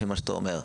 לפי מה שאתה אומר,